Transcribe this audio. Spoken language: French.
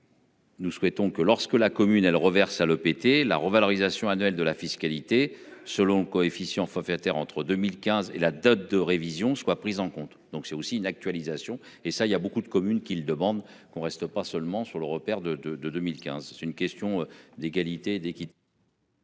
Nous souhaitons que lorsque la commune elle reverse à l'OPT la revalorisation annuelle de la fiscalité selon coefficient forfaitaire entre 2015 et la date de révision soit prise en compte donc c'est aussi une actualisation et ça il y a beaucoup de communes qu'qui demande qu'on reste pas seulement sur le repère de de de 2015. C'est une question d'égalité et d'équité.